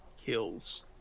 kills